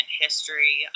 history